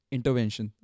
Intervention